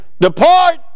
depart